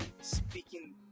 speaking